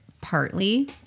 partly